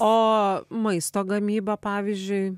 o maisto gamyba pavyzdžiui